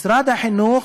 משרד החינוך,